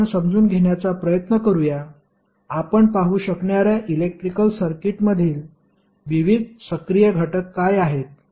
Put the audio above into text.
आता आपण समजून घेण्याचा प्रयत्न करूया आपण पाहू शकणार्या इलेक्ट्रिकल सर्किटमधील विविध सर्किट घटक काय आहेत